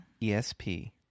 ESP